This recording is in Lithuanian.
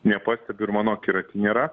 nepastebiu ir mano akiraty nėra